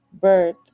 birth